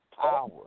power